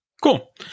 cool